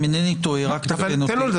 אם אינני טועה --- תן לו לדבר.